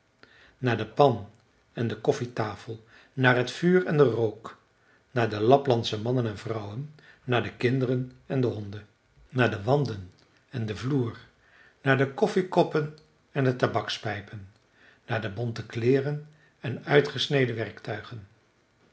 naar de pan en de koffietafel naar t vuur en den rook naar de laplandsche mannen en vrouwen naar de kinderen en de honden naar de wanden en den vloer naar de koffiekoppen en de tabakspijpen naar de bonte kleeren en uitgesneden werktuigen